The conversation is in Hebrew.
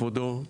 כבודו,